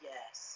Yes